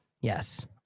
Yes